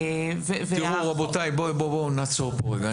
בואו נעצור כאן לרגע.